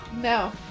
No